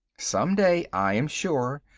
some day, i am sure,